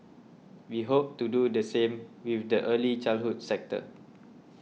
we hope to do the same with the early childhood sector